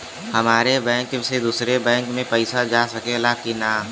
हमारे बैंक से दूसरा बैंक में पैसा जा सकेला की ना?